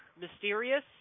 mysterious